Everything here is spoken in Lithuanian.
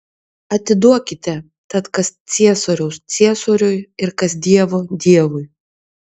atiduokite tad kas ciesoriaus ciesoriui ir kas dievo dievui